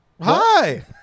Hi